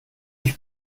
ich